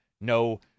No